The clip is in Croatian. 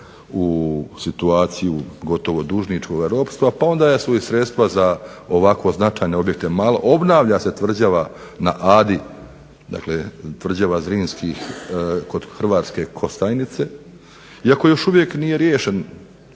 u situaciju gotovo dužničkoga ropstva, pa onda su i sredstva za ovako značajne objekte malo. Obnavlja se tvrđava na Adi, dakle tvrđava Zrinskih kod Hrvatske Kostajnice iako još uvijek nije riješen